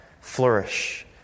flourish